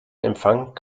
empfang